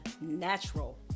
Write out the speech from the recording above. natural